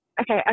Okay